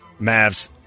Mavs